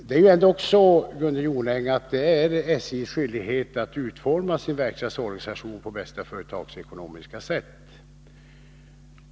Det är, Gunnel Jonäng, SJ:s skyldighet att utforma sin verkstadsorganisation på bästa företagsekonomiska sätt.